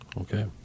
Okay